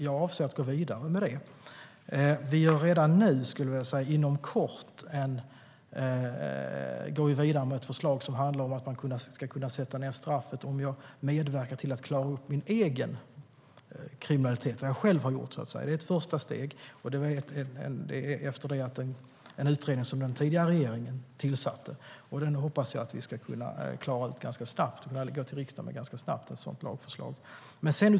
Jag avser att gå vidare med det. Inom kort går vi vidare med ett förslag som handlar om att man ska kunna sätta ned straffet om en person medverkar till att klara upp sin egen kriminalitet, det han eller hon själv gjort. Det är ett första steg utifrån den utredning som den tidigare regeringen tillsatte. Jag hoppas att vi ganska snart ska kunna klara ut det och kunna gå till riksdagen med ett sådant lagförslag.